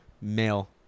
male